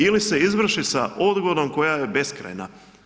Ili se izvrši sa odgodom koja je beskrajna.